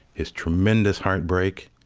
his tremendous heartbreak.